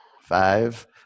Five